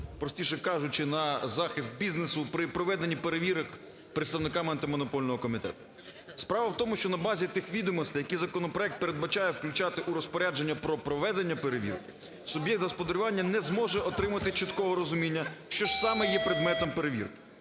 простіше кажучи, на захист бізнесу при проведенні перевірок представниками Антимонопольного комітету. Справа в тому, що на базі тих відомостей, які законопроект передбачає включати у розпорядження про проведення перевірки суб'єкт господарювання не зможе отримати чіткого розуміння, що ж саме є предметом перевірки.